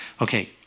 Okay